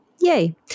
yay